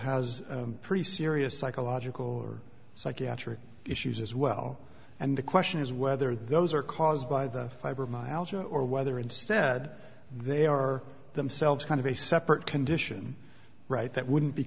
has a pretty serious psychological or psychiatric issues as well and the question is whether those are caused by the fiber mileage or whether instead they are themselves kind of a separate condition right that wouldn't be